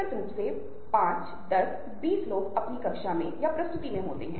तो आप देखते हैं कि ये सभी सहयोग या विनिमय के कार्य हैं